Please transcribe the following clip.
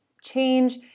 change